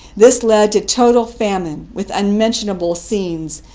this led to total famine, with unmentionable scenes,